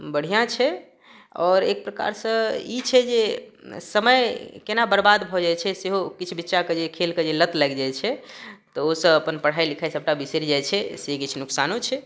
बढियाँ छै आओर एक प्रकार सऽ ई छै जे समय केना बर्बाद भऽ जाइ छै सेहो किछु बच्चा के जे खेल के जे लत लागि जाइ छै तऽ ओ सब अपन पढाइ लिखाइ सबटा बिसरि जाइ छै से किछु नुकसानो छै